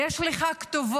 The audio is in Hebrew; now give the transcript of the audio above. יש לך כתובות